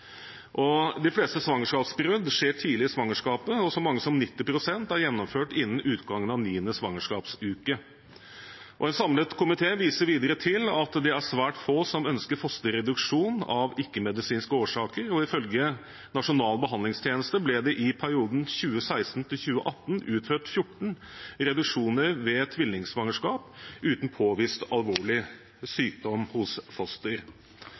dalende. De fleste svangerskapsavbrudd skjer tidlig i svangerskapet, og så mye som 90 pst. er gjennomført innen utgangen av niende svangerskapsuke. En samlet komité viser videre til at det er svært få som ønsker fosterreduksjon av ikke-medisinske årsaker, og ifølge Nasjonal behandlingstjeneste ble det i perioden 2016–2018 utført 14 reduksjoner ved tvillingsvangerskap uten påvist alvorlig sykdom hos